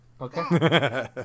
Okay